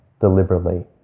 deliberately